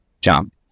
jump